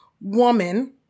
woman